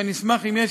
אשמח, אם יש